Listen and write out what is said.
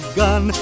gun